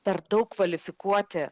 per daug kvalifikuoti